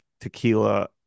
tequila